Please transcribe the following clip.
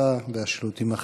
הרווחה והשירותים החברתיים.